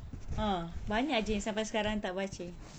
ah banyak jer sampai sekarang tak baca